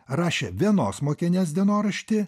rašė vienos mokinės dienoraštį